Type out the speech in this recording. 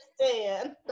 understand